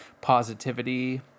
positivity